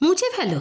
মুছে ফেলো